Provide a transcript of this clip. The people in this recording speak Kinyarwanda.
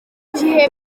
gihe